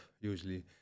usually